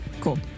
Cool